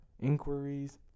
inquiries